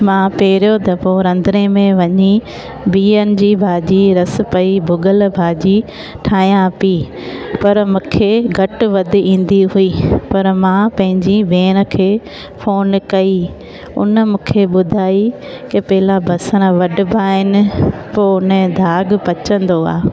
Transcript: मां पहिरियों दफ़ो रंधणे में वञी बिहनि जी भाॼी रस कई भुॻल भाॼी ठाहियां पेई पर मूंखे घटि वधि ईंदी हुई पर मां पंहिंजी भेण खे फ़ोन कई हुन मूंखे ॿुधाई की पहिला बसर वढिबा आहिनि पोइ हुनजो दाॻु पचंदो आहे